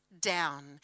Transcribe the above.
down